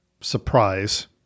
surprise